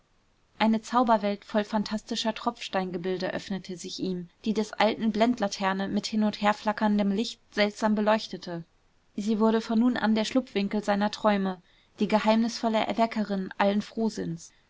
eine zauberwelt voll phantastischer tropfsteingebilde öffnete sich ihm die des alten blendlaterne mit hin und her flackerndem licht seltsam beleuchtete sie wurde von nun an der schlupfwinkel seiner träume die geheimnisvolle erweckerin allen frohsinns